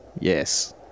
Yes